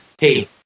hey